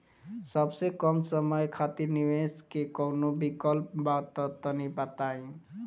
सबसे कम समय खातिर निवेश के कौनो विकल्प बा त तनि बताई?